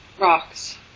Rocks